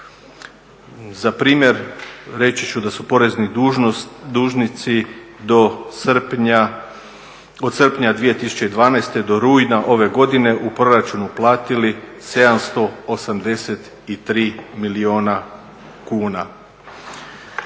Za primjer reći ću da su porezni dužnosnici do srpnja, od srpnja 2012. do rujna ove godine u proračun uplatili 783 milijuna kuna.